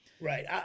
Right